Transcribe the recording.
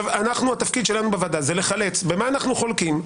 התהליך שלנו בוועדה זה לחלץ במה אנחנו חולקים,